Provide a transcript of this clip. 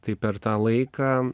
tai per tą laiką